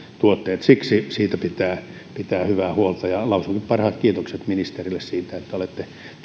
tuotteet siksi siitä pitää pitää hyvää huolta ja lausunkin parhaat kiitokset ministerille siitä että olette